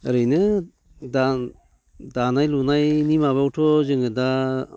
ओरैनो दा दानाय लुनायनि माबायावथ' जोङो दा